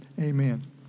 amen